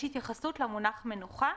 יש התייחסות למונח "מנוחה"